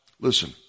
Listen